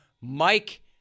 Mike